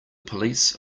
police